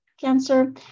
cancer